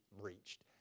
breached